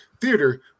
theater